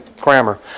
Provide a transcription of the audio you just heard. grammar